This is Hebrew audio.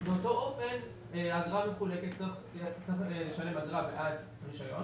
באותו אופן האגרה מחולקת כך שהוא צריך לשלם אגרה בעד רישיון